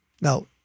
Now